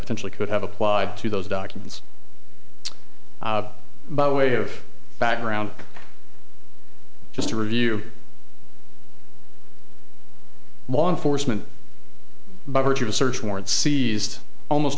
potentially could have applied to those documents by way of background just to review law enforcement by virtue of search warrant seized almost